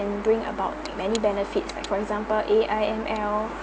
and bring about many benefits like for example A_I_M_L